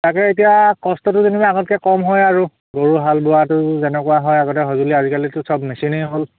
তাকে এতিয়া কষ্টটো যেনিবা আগতকৈ কম হয় আৰু গৰু হাল বোৱাটো যেনেকুৱা হয় আগতে সঁজুলি আজিকালিতো চব মেচিনেই হ'ল